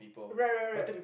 rack rack rack